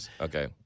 Okay